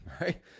right